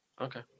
Okay